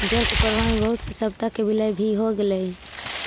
जल के प्रवाह में बहुत से सभ्यता के विलय भी हो गेलई